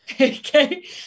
Okay